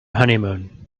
honeymoon